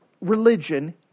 religion